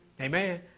Amen